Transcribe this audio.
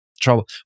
trouble